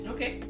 Okay